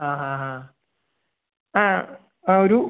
ആ ഹാ ഹാ ആ ആ ഒരു